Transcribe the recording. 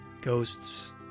Ghost's